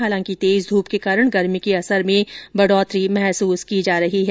हालांकि तेज धूप के कारण गर्मी के असर में बढ़ोतरी महसूस की जा रही है